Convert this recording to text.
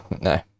no